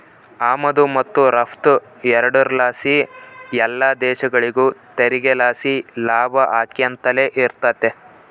ಆಮದು ಮತ್ತು ರಫ್ತು ಎರಡುರ್ ಲಾಸಿ ಎಲ್ಲ ದೇಶಗುಳಿಗೂ ತೆರಿಗೆ ಲಾಸಿ ಲಾಭ ಆಕ್ಯಂತಲೆ ಇರ್ತತೆ